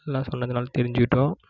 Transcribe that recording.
எல்லாம் சொன்னதுனால் தெரிஞ்சிக்கிட்டோம்